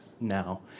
now